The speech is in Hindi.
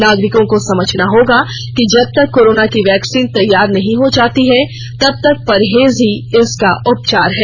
नागरिकों को समझाना होगा कि जब तक कोरोना की वैक्सीन नहीं तैयार हो जाती तब तक परहेज ही इसका उपचार है